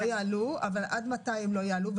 אבל עד מתי הן לא יעלו?